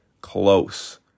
Close